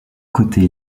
côté